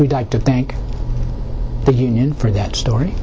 we'd like to thank the union for that story